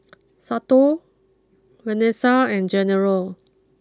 Santo Venessa and General